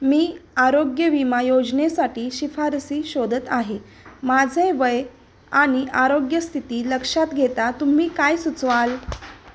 मी आरोग्य विमा योजनेसाठी शिफारसी शोधत आहे माझे वय आनि आरोग्य स्थिती लक्षात घेता तुम्ही काय सुचवाल